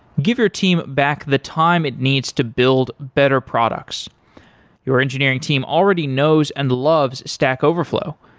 give your team back the time it needs to build better products your engineering team already knows and loves stack overflow.